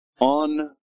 on